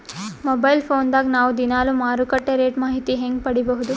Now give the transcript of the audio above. Mobile phone ದಾಗ ನಾವು ದಿನಾಲು ಮಾರುಕಟ್ಟೆ ರೇಟ್ ಮಾಹಿತಿ ಹೆಂಗ ಪಡಿಬಹುದು?